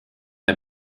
der